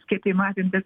skiepijimo apimtys